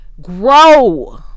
grow